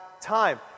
time